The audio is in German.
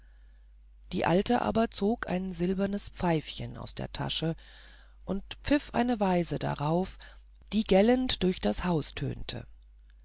die alte aber zog ein silbernes pfeifchen aus der tasche und pfiff eine weise darauf die gellend durch das haus tönte